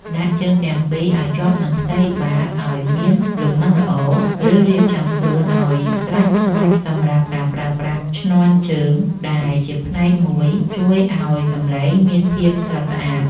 ដាក់ជើងទាំងពីរឱ្យជាប់នឹងផ្ទៃបាតឱ្យមានលំនឹងល្អ ឬរៀបចំខ្លួនឱ្យបានស្រេចបាច់សម្រាប់ការប្រើប្រាស់ឈ្នាន់ជើងដែលជាផ្នែកមួយជួយឱ្យសម្លេងមានភាពស្រស់ស្អាត។